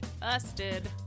Busted